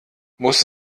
muss